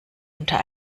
unter